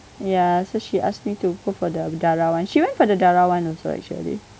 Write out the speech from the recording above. ya so she asked me to go for the darah one she went for the darah one also actually